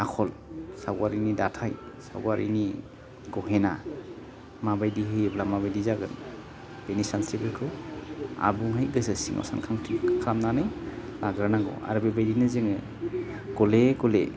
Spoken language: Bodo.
आखल सावगारिनि दाथाइ सावगारिनि गहेना माबायदि होयोब्ला माबायदि जागोन बेनि सानस्रिफोरखौ आबुङै गोसो सिङाव सानखांथि खालामनानै लाग्रोनांगौ आरो बेबायदिनो जोङो गले गले